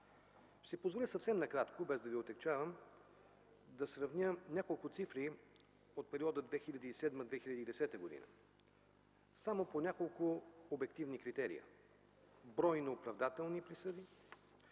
си позволя съвсем накратко без да ви отегчавам да сравня няколко цифри от периода 2007-2010 г. само по няколко обективни критерия: брой на оправдателни присъди,